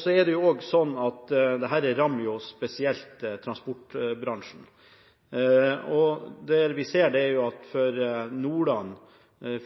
Så er det også sånn at dette rammer transportbransjen spesielt. Det vi ser, er at for Nordland